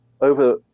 over